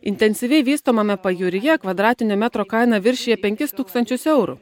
intensyviai vystomame pajūryje kvadratinio metro kaina viršija penkis tūkstančius eurų